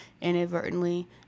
inadvertently